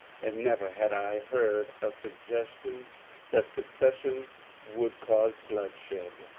and never had i heard a suggestion that secession would cause bloodshed.